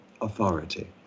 authority